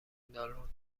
دانلود